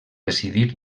residir